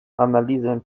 analizę